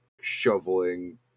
shoveling